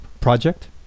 project